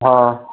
हाँ